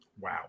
Wow